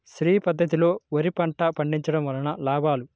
శ్రీ పద్ధతిలో వరి పంట పండించడం వలన లాభాలు?